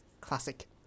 classic